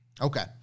Okay